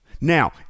Now